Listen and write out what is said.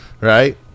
Right